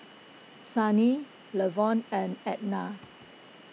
Sannie Lavon and Edna